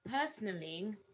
personally